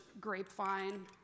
grapevine